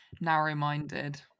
narrow-minded